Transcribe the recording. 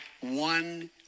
one